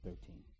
thirteen